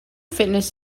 fitness